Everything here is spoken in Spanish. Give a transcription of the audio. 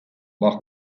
bajo